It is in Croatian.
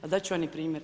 Pa dat ću vam i primjer.